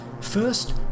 First